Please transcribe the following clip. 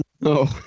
No